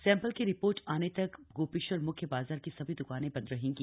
सैं ल की रि ोर्ट आने तक गो श्वर मुख्य बाजार की सभी द्कानें बंद रहेंगी